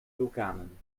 vulkanen